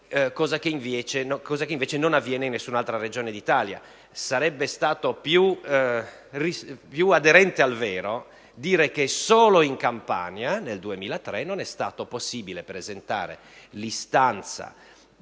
cosa che, invece, non avviene in nessun altra Regione d'Italia. Sarebbe stato più aderente al vero dire che solo in Campania, nel 2003, non è stato possibile presentare l'istanza